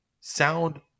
Sound